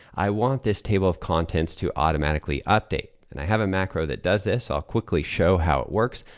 i want this table of contents to automatically update. and i have a macro that does this. i'll quickly show how it works.